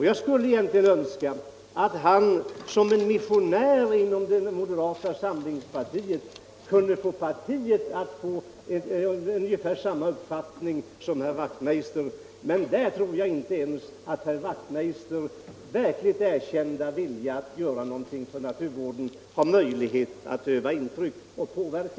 Jag skulle egentligen önska att han som en = gen, m.m. missionär inom moderata samlingspartiet kunde få partiet att hysa unge fär samma uppfattning som herr Wachtmeister. Men därvidlag tror jag inte att herr Wachtmeisters verkligt erkända vilja att uträtta någonting för naturvården har möjlighet att göra intryck och påverka.